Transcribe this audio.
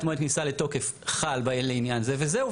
מועד כניסה לתוקף חל לעניין זה' וזהו,